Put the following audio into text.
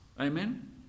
Amen